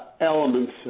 elements